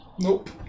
Nope